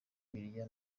bikira